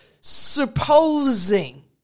supposing